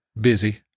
busy